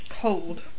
Cold